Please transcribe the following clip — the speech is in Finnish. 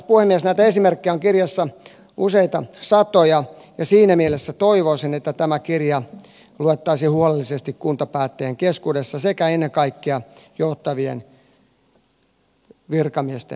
näitä esimerkkejä on kirjassa useita satoja ja siinä mielessä toivoisin että tämä kirja luettaisiin huolellisesti kuntapäättäjien keskuudessa sekä ennen kaikkea johtavien virkamiesten parissa